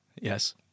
Yes